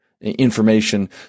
information